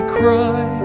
cry